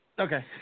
Okay